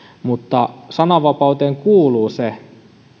mutta sananvapauteen kuuluu se